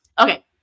Okay